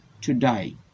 today